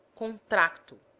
contracto